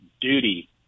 duty